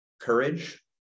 courage